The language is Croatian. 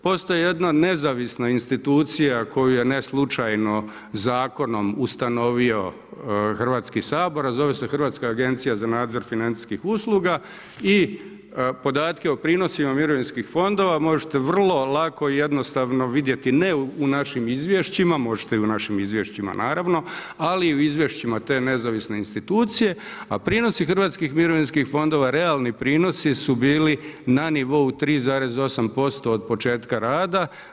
Postoji jedna nezavisna institucija koju je ne slučajno zakonom ustanovio Hrvatski sabor, a zove se Hrvatska agencija za nadzor financijskih usluga i podatke i prinosima mirovinskih fondova možete vrlo lako i jednostavno vidjeti ne u našim izvješćima, možete i u našim izvješćima naravno, ali i u izvješćima te nezavisne institucije. a prinosi hrvatskih mirovinskih fondova, realni prinosi su bili na nivou 3,8% od početka rada.